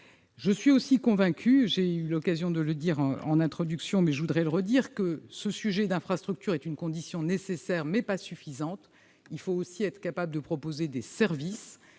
Je suis aussi convaincue- j'ai eu l'occasion de le dire en préambule, mais je veux le répéter -que la question des infrastructures est une condition nécessaire, mais pas suffisante. Il faut aussi être capable de proposer des services